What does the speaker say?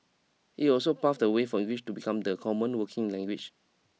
it also paved the way for English to become the common working language